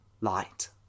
light